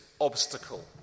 obstacle